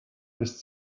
ist